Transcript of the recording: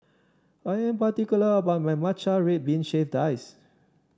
I am particular about my Matcha Red Bean Shaved Ice